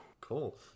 Cool